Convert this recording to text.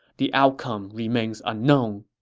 the outcome remains unknown.